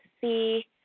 see